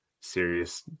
serious